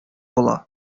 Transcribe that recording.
була